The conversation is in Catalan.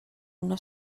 una